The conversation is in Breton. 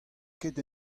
ket